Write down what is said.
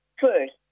First